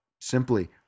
Simply